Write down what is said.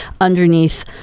underneath